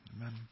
Amen